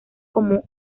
como